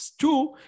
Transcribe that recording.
two